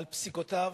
על פסיקותיו,